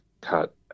cut